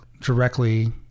directly